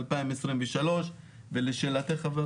2023 ולשאלתך ח"כ